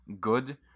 good